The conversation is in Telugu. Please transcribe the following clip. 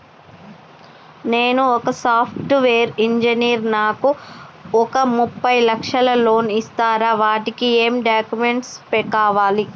నేను ఒక సాఫ్ట్ వేరు ఇంజనీర్ నాకు ఒక ముప్పై లక్షల లోన్ ఇస్తరా? వాటికి ఏం డాక్యుమెంట్స్ కావాలి?